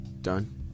done